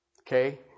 Okay